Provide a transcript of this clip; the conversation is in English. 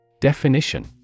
Definition